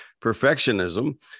perfectionism